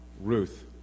Ruth